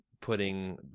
putting